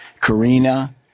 Karina